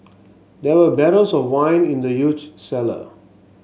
there were barrels of wine in the huge cellar